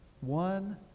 One